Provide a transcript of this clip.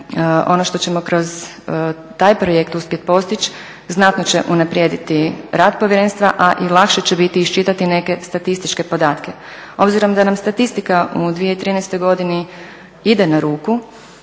ono što ćemo kroz taj projekt uspjet postići znatno će unaprijediti rad povjerenstva, a i lakše će biti iščitati neke statističke podatke. Obzirom da nam statistika u 2013. godini ide na ruku,